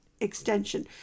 extension